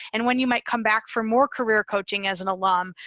and when you might come back for more career coaching as an alum,